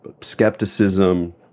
skepticism